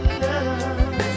love